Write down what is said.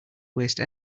waste